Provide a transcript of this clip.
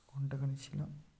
ঘণ্টাখানিক ছিলাম